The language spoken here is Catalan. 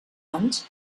anys